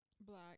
Black